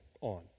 on